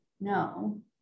No